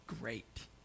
great